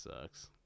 sucks